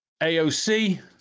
AOC